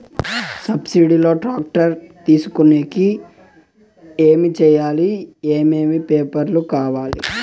Subsidy లో tractor తీసుకొనేకి ఏమి చేయాలి? ఏమేమి పేపర్లు కావాలి?